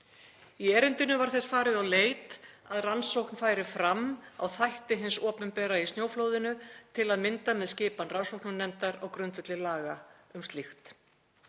Í erindinu var þess farið á leit að rannsókn færi fram á þætti hins opinbera í snjóflóðinu, til að mynda með skipan rannsóknarnefndar á grundvelli laga um slíkt.